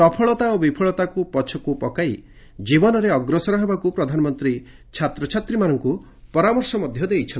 ସଫଳତା ଓ ବିଫଳତାକୁ ପଛକୁ ପକାଇ ଜୀବନରେ ଅଗ୍ରସର ହେବାକ୍ ପ୍ରଧାନମନ୍ତୀ ଛାତ୍ରଛାତ୍ରୀମାନଙ୍କ୍ ପରାମର୍ଶ ଦେଇଛନ୍ତି